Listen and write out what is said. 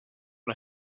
una